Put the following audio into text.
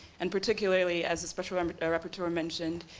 and particularly as the special um rapporteur mentioned,